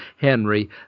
Henry